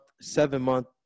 seven-month